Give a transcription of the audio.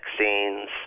vaccines